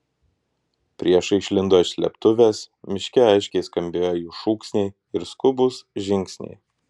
priešai išlindo iš slėptuvės miške aiškiai skambėjo jų šūksniai ir skubūs žingsniai